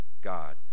God